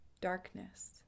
Darkness